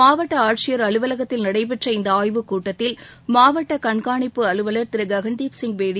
மாவட்ட ஆட்சியர் அலுவலகத்தில் நடைபெற்ற இந்த ஆய்வுக் கூட்டத்தில் மாவட்ட கண்காணிப்பு அலுவலர் திரு ககன்தீப் சிங் பேடி